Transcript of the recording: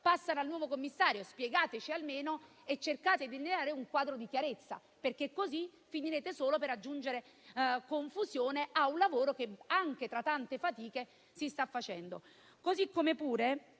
passano al nuovo commissario; e spiegateci, almeno, cercate di delineare un quadro chiaro, perché così finirete solo per aggiungere confusione a un lavoro che, anche tra tante fatiche, si sta portando